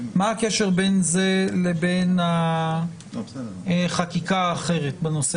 מה הקשר בין זה לבין החקיקה האחרת בנושא?